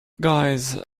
guys